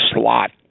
slot